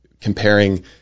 comparing